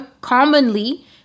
commonly